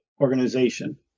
organization